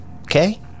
Okay